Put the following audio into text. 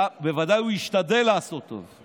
בוודאי הוא השתדל לעשות טוב.